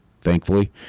thankfully